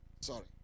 Sorry